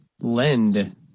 Lend